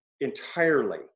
entirely